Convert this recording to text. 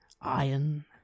iron